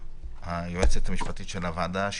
היועצת המשפטית של הוועדה,